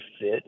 fit